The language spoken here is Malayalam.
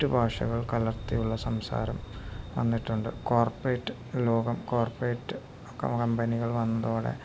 മറ്റു ഭാഷകൾ കലർത്തിയുള്ള സംസാരം വന്നിട്ടുണ്ട് കോർപ്പറേറ്റ് ലോകം കോർപ്പറേറ്റ് കമ്പനികൾ വന്നതോടെ